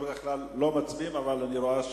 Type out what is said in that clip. נקיים הצבעה.